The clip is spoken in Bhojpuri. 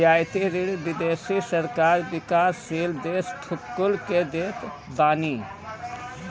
रियायती ऋण विदेशी सरकार विकासशील देस कुल के देत बानी